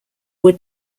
were